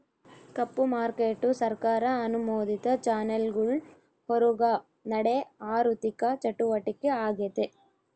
ಕಪ್ಪು market ಸರ್ಕಾರ ಅನುಮೋದಿತ ಚಾನೆಲ್ಗುಳ್ ಹೊರುಗ ನಡೇ ಆಋಥಿಕ ಚಟುವಟಿಕೆ ಆಗೆತೆ